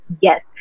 yes